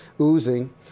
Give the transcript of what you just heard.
oozing